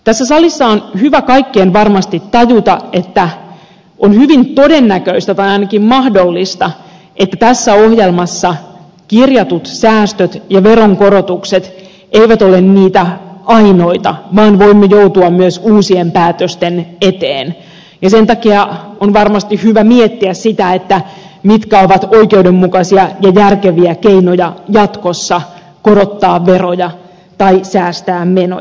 tässä salissa on hyvä kaikkien varmasti tajuta että on hyvin todennäköistä tai ainakin mahdollista että tässä ohjelmassa kirjatut säästöt ja veronkorotukset eivät ole niitä ainoita vaan voimme joutua myös uusien päätösten eteen ja sen takia on varmasti hyvä miettiä sitä mitkä ovat oikeudenmukaisia ja järkeviä keinoja jatkossa korottaa veroja tai säästää menoja